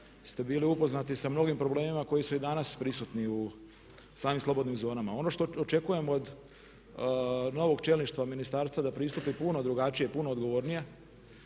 ste bili upoznati sa mnogim problemima koji su i danas prisutni u samim slobodnim zonama. Ono što očekujemo od novog čelništva ministarstva da pristupi puno drugačije, puno odgovornije,